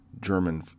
German